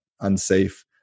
unsafe